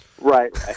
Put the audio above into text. Right